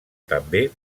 també